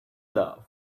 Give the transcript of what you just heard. loved